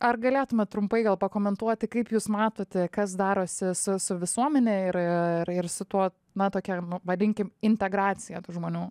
ar galėtumėt trumpai gal pakomentuoti kaip jūs matote kas darosi su su visuomene ir ir su tuo na tokia vadinkim integracija tų žmonių